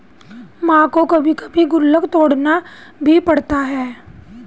मां को कभी कभी गुल्लक तोड़ना भी पड़ता है